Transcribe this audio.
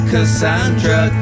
Cassandra